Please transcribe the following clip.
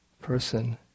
person